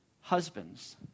Husbands